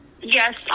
Yes